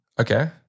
Okay